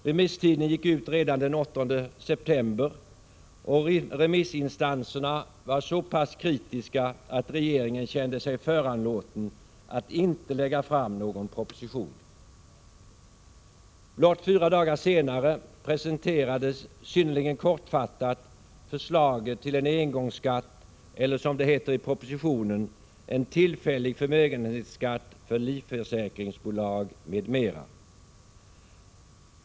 Remisstiden gick ut redan den 8 september, och remissinstanserna var så pass kritiska att regeringen kände sig föranlåten att inte lägga fram någon proposition. Blott fyra dagar senare presenterades synnerligen kortfattat förslaget till en engångsskatt eller, som det heter i propositionen, en tillfällig förmögenhetsskatt för livförsäkringsbolag m.m.